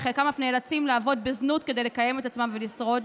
וחלקם אף נאלצים לעבוד בזנות כדי לקיים את עצמם ולשרוד,